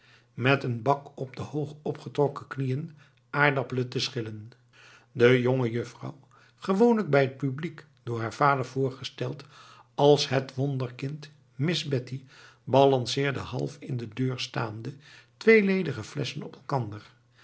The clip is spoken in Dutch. met een bak op de hoog opgetrokken knieën aardappelen te schillen de jongejuffrouw gewoonlijk bij het publiek door haar vader voorgesteld als het wonderkind miss betty balanceerde half in de deur staande twee ledige flesschen op elkander